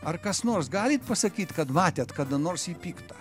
ar kas nors galit pasakyt kad matėt kada nors jį piktą